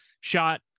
shot